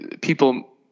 People